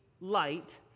light